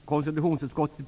för behandling i propositionen.